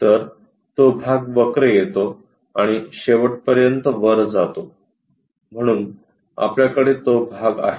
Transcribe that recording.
तर तो भाग वक्र येतो आणि शेवटपर्यंत वर जातो म्हणून आपल्याकडे तो भाग आहे